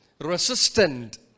resistant